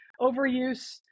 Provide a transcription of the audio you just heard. overuse